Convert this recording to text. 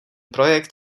projekt